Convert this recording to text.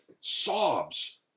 sobs